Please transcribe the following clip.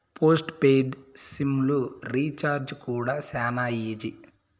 post paid sim లు recharge కూడా శానా ఈజీ